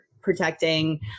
protecting